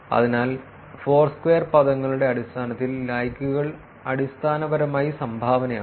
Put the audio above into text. അതിനാൽ ഫോർസ്ക്വയർ പദങ്ങളുടെ അടിസ്ഥാനത്തിൽ ലൈക്കുകൾ അടിസ്ഥാനപരമായി സംഭാവനയാണ്